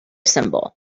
symbol